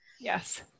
Yes